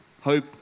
Hope